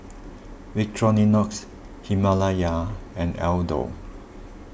Victorinox Himalaya and Aldo